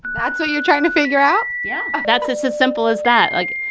that's what you're trying to figure out? yeah, that's it's as simple as that. like,